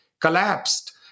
collapsed